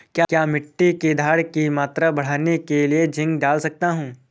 क्या मिट्टी की धरण की मात्रा बढ़ाने के लिए जिंक डाल सकता हूँ?